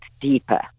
deeper